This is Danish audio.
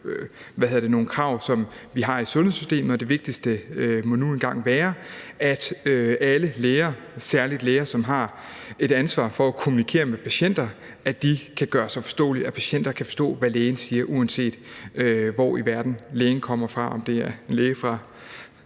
er nogle krav i sundhedssystemet. Og det vigtigste må nu engang være, at alle læger, særlig læger, som har et ansvar for at kommunikere med patienter, kan gøre sig forståelige; at patienter kan forstå, hvad lægen siger, uanset hvor i verden lægen kommer fra – om det er fra